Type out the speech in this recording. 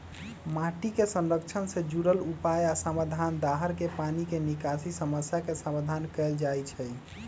माटी के संरक्षण से जुरल उपाय आ समाधान, दाहर के पानी के निकासी समस्या के समाधान कएल जाइछइ